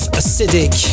acidic